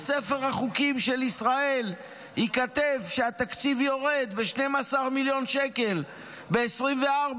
בספר החוקים של ישראל ייכתב שהתקציב יורד ב-12 מיליון שקל ב-2024,